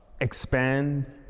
expand